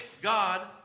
God